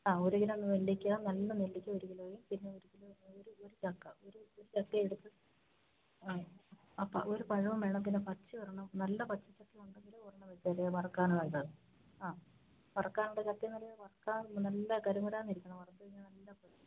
ആ ഒരു കിലോ നെല്ലിക്ക നല്ല നെല്ലിക്ക ഒരു കിലോയും പിന്നെ ഒരു കിലോ ഒരു കിലോയുടെ ചക്ക ഒരു ഒരു ചക്കയെടുത്ത് ആ അപ്പം ഒരു പഴവും വേണം പിന്നെ പച്ച ഒരെണ്ണം നല്ല പച്ചച്ചക്ക ഉണ്ടെങ്കിൽ ഒരെണ്ണം വച്ചേക്കണം വറക്കാനാണ് ഇത് ആ വറക്കാനുള്ള ചക്ക എന്നാൽ വറക്കാന് നല്ല കരുമുരാന്നിരിക്കണം വറുത്തു കഴിഞ്ഞാല് നല്ല